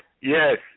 Yes